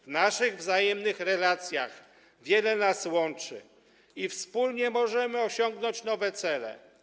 W naszych wzajemnych relacjach wiele nas łączy i wspólnie możemy osiągnąć nowe cele.